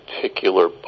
particular